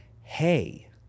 hey